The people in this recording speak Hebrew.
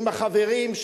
עם החברים,